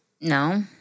No